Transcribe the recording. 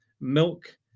milk